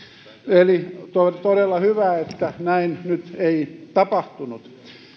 eli todella hyvä että näin nyt ei tapahtunut